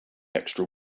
extra